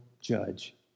judge